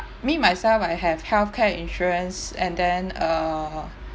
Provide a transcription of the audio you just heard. me myself I have healthcare insurance and then err